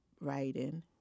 writing